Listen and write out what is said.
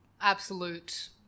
absolute